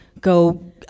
go